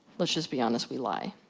let's just be honest, we lie.